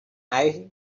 eye